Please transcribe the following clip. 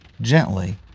gently